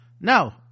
no